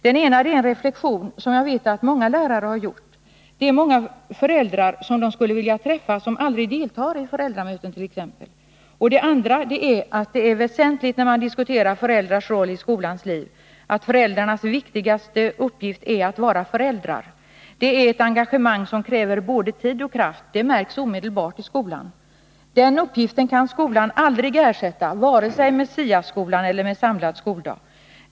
Den ena är en reflexion som jag vet att många lärare har gjort. Det är många föräldrar som lärarna skulle vilja träffa, men som aldrig deltar i t.ex. föräldramöten. Den andra synpunkten är att det, när man diskuterar föräldrars roll i skolans liv, är väsentligt att man slår fast att föräldrarnas viktigaste uppgift är att vara föräldrar. Det är ett engagemang som kräver både tid och kraft, det märks omedelbart i skolan. Den uppgiften kan skolan aldrig ersätta, vare sig med SIA-skolan eller med samlad skoldag.